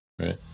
Right